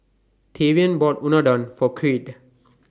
Tavion bought Unadon For Creed